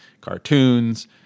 cartoons